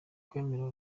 kwemera